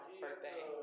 birthday